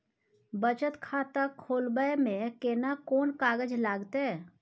बचत खाता खोलबै में केना कोन कागज लागतै?